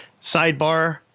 sidebar